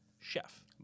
chef